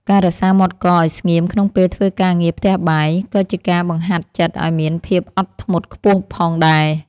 ការរក្សាមាត់កឱ្យស្ងៀមក្នុងពេលធ្វើការងារផ្ទះបាយក៏ជាការបង្ហាត់ចិត្តឱ្យមានភាពអត់ធ្មត់ខ្ពស់ផងដែរ។